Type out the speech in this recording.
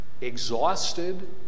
exhausted